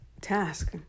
task